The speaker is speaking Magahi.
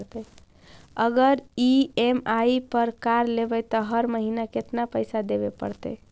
अगर ई.एम.आई पर कार लेबै त हर महिना केतना पैसा देबे पड़तै?